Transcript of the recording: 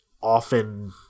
often